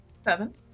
Seven